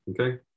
okay